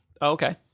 okay